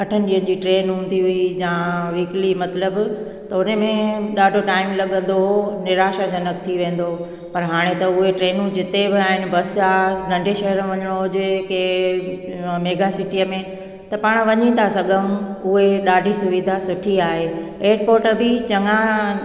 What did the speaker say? अठनि ॾींहनि जी ट्रेन हूंदी हुई या वीकली मतिलबु त हुन में ॾाढो टाइम लॻंदो हुओ निराशाजनक थी वेंदो हुओ पर हाणे त उहे ट्रेनू जिते बि आहिनि बस आहे नंढे शहर में वञिणो हुजे की मेगा सिटीअ में त पाण वञी त सघूं उहे ॾाढी सुविधा सुठी आहे एयरपोट बि चङा